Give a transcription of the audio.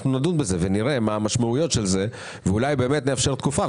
נדון בזה ונראה מה המשמעויות של זה ואולי באמת נאפשר תקופה.